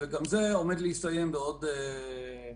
וגם זה עומד להסתיים בעוד כחודשיים.